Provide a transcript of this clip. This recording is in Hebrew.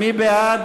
מי בעד?